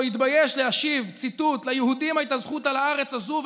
לא התבייש להשיב ציטוט: ליהודים הייתה זכות על הארץ הזו,